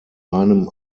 meinem